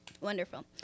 wonderful